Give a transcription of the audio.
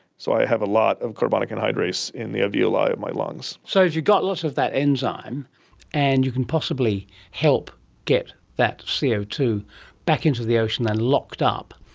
so i have a lot of carbonic anhydrase in the alveoli of my lungs. so if you've got lots of that enzyme and you can possibly help get that c o two back into the ocean and locked up,